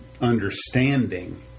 understanding